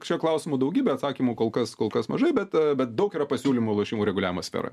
čia klausimų daugybė atsakymų kol kas kol kas mažai bet bet daug yra pasiūlymų lošimų reguliavimo sferai